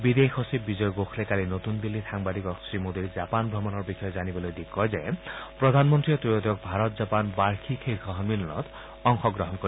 বিদেশ সচিব বিজয় গোখলে কালি বিয়লি নতুন দিল্লীত সাংবাদিকক শ্ৰী মৌদীৰ জাপান ভ্ৰমণৰ বিষয়ে জানিবলৈ দি কয় যে প্ৰধানমন্ত্ৰীয়ে ত্ৰয়োদশ ভাৰত জাপান বাৰ্ষিক শীৰ্ষ সম্মিলনত অংশগ্ৰহণ কৰিব